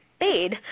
paid